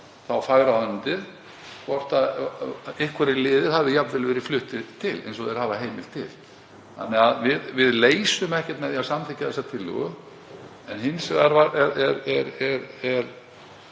nánar hvort einhverjir liðir hafi jafnvel verið fluttir til, eins og þeir hafa heimild til. Þannig að við leysum ekkert með því að samþykkja þessa tillögu. En hins vegar